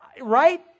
right